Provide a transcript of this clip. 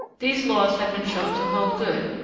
these laws had been shown to hold good,